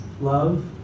love